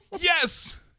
Yes